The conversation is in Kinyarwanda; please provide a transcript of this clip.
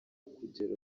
kugera